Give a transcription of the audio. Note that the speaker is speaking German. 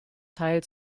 teil